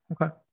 Okay